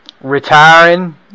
retiring